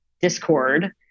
discord